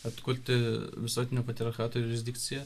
atkurti visuotinio patriarchato jurisdikciją